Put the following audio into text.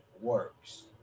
works